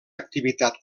activitat